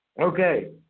Okay